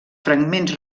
fragments